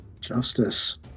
Justice